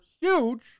huge